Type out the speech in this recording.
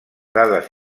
dades